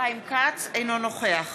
אינו נוכח